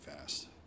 fast